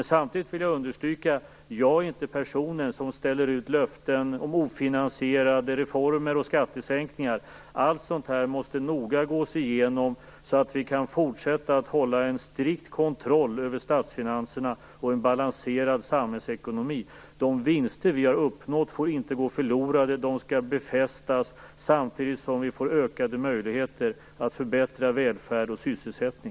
Samtidigt vill jag understryka att jag inte är personen som ställer ut löften om ofinansierade reformer och skattesänkningar. Allt sådant måste noga gås igenom, så att vi kan fortsätta att hålla en strikt kontroll över statsfinanserna och en balanserad samhällsekonomi. De vinster vi har uppnått får inte gå förlorade, de skall befästas, samtidigt som vi får ökade möjligheter att förbättra välfärd och sysselsättning.